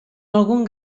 algun